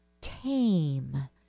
tame